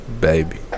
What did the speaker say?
Baby